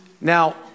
now